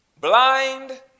blind